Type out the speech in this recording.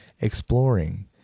exploring